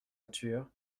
voiture